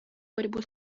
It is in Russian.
борьбу